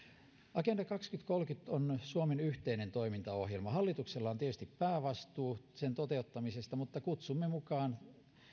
agenda kaksituhattakolmekymmentä on suomen yhteinen toimintaohjelma hallituksella on tietysti päävastuu sen toteuttamisesta mutta kutsumme mukaan